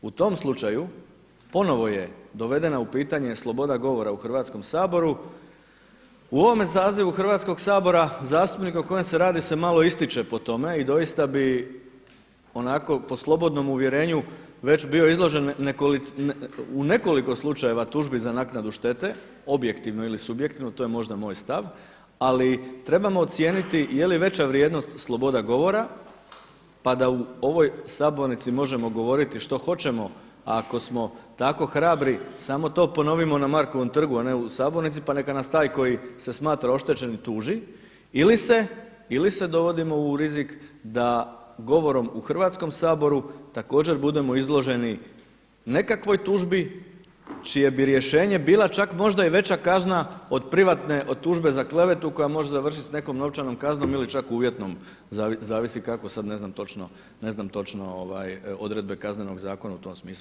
U tom slučaju ponovo je dovedena u pitanje sloboda govora u Hrvatskom saboru u ovome sazivu Hrvatskog sabora zastupnika o kojem se radi se malo ističe po tome i doista bi onako po slobodnom uvjerenju već bio izložen u nekoliko slučajeva tužbi za naknadu štete, objektivno ili subjektivno to je možda moj stav, ali trebamo ocijeniti jeli veća vrijednost sloboda govora pa da u ovoj sabornici možemo govoriti što hoćemo ako smo tako hrabri samo to ponovimo na Markovom trgu, a ne u sabornici pa neka nas taj koji se smatra oštećenim tuži ili se dovodimo u rizik da govorom u Hrvatskom saboru također budemo izloženi nekakvoj tužbi čije bi rješenje bila čak možda i veća kazna od privatne od tužbe za klevetu koja može završiti s nekom novčanom kaznom ili čak uvjetom zavisi kako sada ne znam točno odredbe Kaznenog zakona u tom smislu.